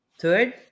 Third